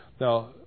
Now